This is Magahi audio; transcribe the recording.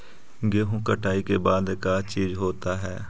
गेहूं कटाई के बाद का चीज होता है?